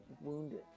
wounded